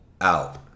out